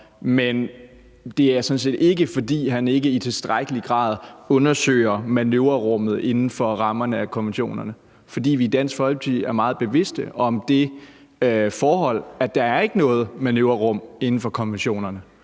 er sådan set ikke, fordi han ikke i tilstrækkelig grad undersøger manøvrerummet inden for rammerne af konventionerne. For vi er i Dansk Folkeparti meget bevidste om det forhold, at der ikke er noget manøvrerum inden for konventionerne.